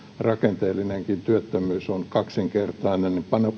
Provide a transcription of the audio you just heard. rakenteellinenkin työttömyys on kaksinkertainen